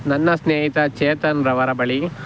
ನನ್ನ ಸ್ನೇಹಿತ ಚೇತನ್ರವರ ಬಳಿ